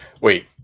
Wait